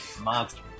Monster